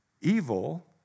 evil